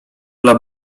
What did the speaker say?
dla